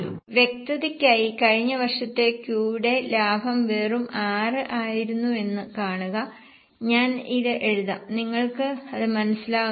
വ്യക്തതയ്ക്കായി കഴിഞ്ഞ വർഷത്തെ Q യുടെ ലാഭം വെറും 6 ആയിരുന്നുവെന്ന് കാണുക ഞാൻ ഇത് എഴുതാം നിങ്ങൾക്ക് അത് മനസിലാകുന്നുണ്ടോ